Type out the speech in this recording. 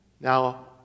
Now